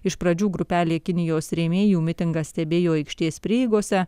iš pradžių grupelė kinijos rėmėjų mitingą stebėjo aikštės prieigose